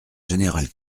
général